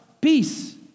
peace